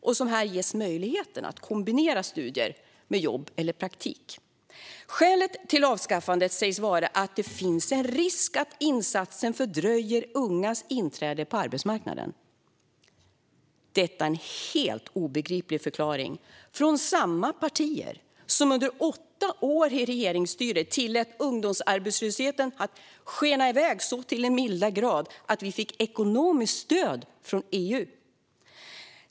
De ges här möjligheten att kombinera studier med jobb eller praktik. Skälet till avskaffandet sägs vara att det finns en risk att insatsen fördröjer ungas inträde på arbetsmarknaden. Detta är en helt obegriplig förklaring från samma partier som under åtta år i regeringsstyre tillät ungdomsarbetslösheten att skena iväg så till den milda grad att vi fick ekonomiskt stöd från EU.